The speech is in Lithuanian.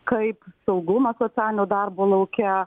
kaip saugumas socialinio darbo lauke